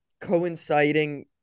coinciding